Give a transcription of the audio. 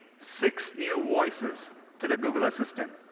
six new voices to the google assistant.